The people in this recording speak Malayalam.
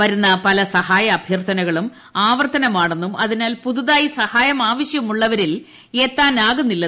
വരുന്ന പല സഹായ അഭ്യർത്ഥനകളും ആവർത്തനമാണെന്നും അതിനാൽ പുതുതായി സഹായം ആവശ്യമുള്ളവരിൽ എത്താനാകുന്നില്ല